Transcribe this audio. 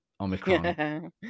Omicron